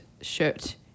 shirt